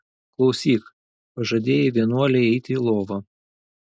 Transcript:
klausyk pažadėjai vienuolei eiti į lovą